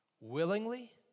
Willingly